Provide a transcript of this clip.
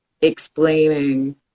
explaining